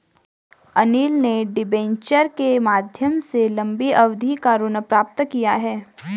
अनिल ने डिबेंचर के माध्यम से लंबी अवधि का ऋण प्राप्त किया